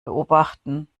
beobachten